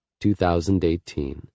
2018